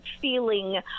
feeling